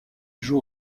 joue